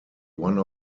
one